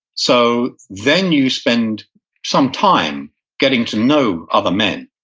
so then you spend some time getting to know other men.